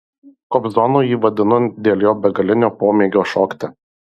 kobzonu jį vadinu dėl jo begalinio pomėgio šokti